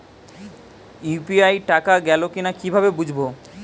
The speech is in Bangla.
ইউ.পি.আই টাকা গোল কিনা কিভাবে বুঝব?